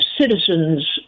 citizen's